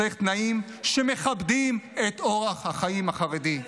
צריך תנאים שמכבדים את אורח החיים החרדי.